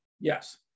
Yes